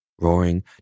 Roaring